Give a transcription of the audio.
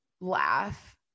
laugh